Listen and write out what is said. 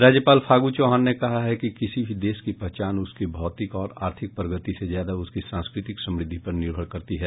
राज्यपाल फागू चौहान ने कहा है कि किसी भी देश की पहचान उसकी भौतिक और आर्थिक प्रगति से ज्यादा उसकी सांस्कृतिक समृद्धि पर निर्मर करती है